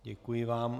Děkuji vám.